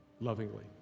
lovingly